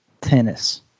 Tennis